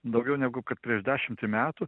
daugiau negu kad prieš dešimtį metų